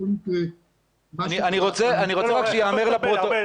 בכל מקרה --- אני רוצה רק שייאמר לפרוטוקול --- חבר הכנסת ארבל,